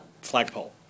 flagpole